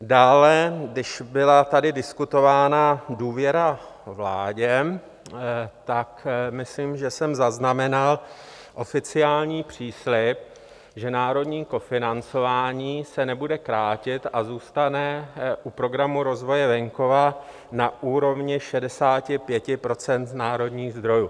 Dále, když tady byla diskutována důvěra vládě, tak myslím, že jsem zaznamenal oficiální příslib, že národní kofinancování se nebude krátit a zůstane u Programu rozvoje venkova na úrovni 65 % národních zdrojů.